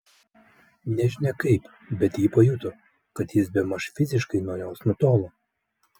nežinia kaip bet ji pajuto kad jis bemaž fiziškai nuo jos nutolo